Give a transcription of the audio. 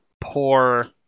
poor